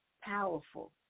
Powerful